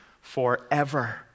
forever